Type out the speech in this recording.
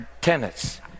tenets